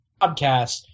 podcast